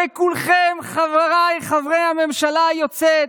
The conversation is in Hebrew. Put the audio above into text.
הרי כולכם, חבריי חברי הממשלה היוצאת,